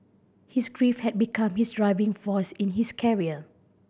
his grief had become his driving force in his career